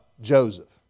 Joseph